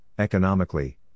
Economically